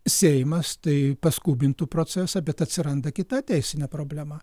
seimas tai paskubintų procesą bet atsiranda kita teisinė problema